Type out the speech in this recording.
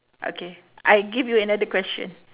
okay I give you another question